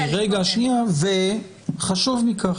חשוב מכך,